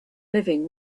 living